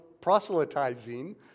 Proselytizing